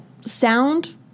sound